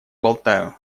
болтаю